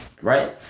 right